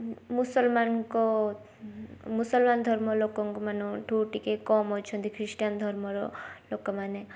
ମୁସଲମାନ୍ଙ୍କ ମୁସଲମାନ୍ ଧର୍ମ ଲୋକଙ୍କ ମାନଙ୍କଠୁ ଟିକେ କମ ଅଛନ୍ତି ଖ୍ରୀଷ୍ଟିୟାନ୍ ଧର୍ମର ଲୋକମାନେ